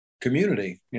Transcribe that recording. community